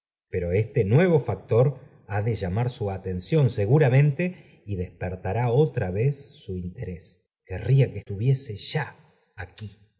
pero este nuevo factor ha de llamar su atención seguramente y despertará otra vez bu t interés querida que estuviese ya aquí